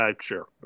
Sure